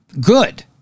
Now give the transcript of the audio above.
good